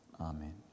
Amen